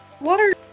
Water